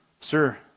Sir